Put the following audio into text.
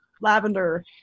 lavender